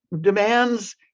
demands